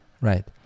Right